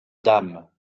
dames